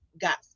got